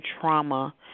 trauma